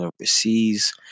overseas